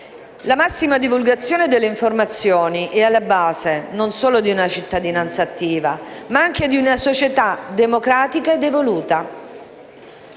La massima divulgazione delle informazioni è alla base, non solo di una cittadinanza attiva, ma anche di una società democratica ed evoluta.